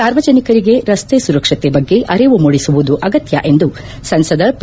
ಸಾರ್ವಜನಿಕರಿಗೆ ರಸ್ತೆ ಸುರಕ್ಷತೆ ಬಗ್ಗೆ ಅರಿವು ಮೂಡಿಸುವುದು ಅಗತ್ತ ಎಂದು ಸಂಸದ ಪಿ